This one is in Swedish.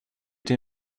till